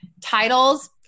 Titles